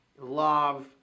love